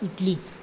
Italy